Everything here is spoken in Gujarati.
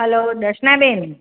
હાલો દર્શનાબેન